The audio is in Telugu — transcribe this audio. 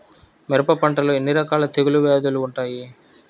మిరప పంటలో ఎన్ని రకాల తెగులు వ్యాధులు వుంటాయి?